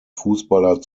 fußballer